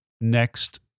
Next